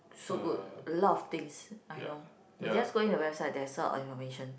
so good a lot of things I know but just going the website there's a lot of information